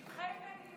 אילת.